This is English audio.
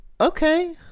Okay